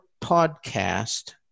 podcast